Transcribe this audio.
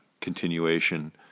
continuation